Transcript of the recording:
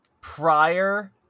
prior